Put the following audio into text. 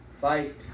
fight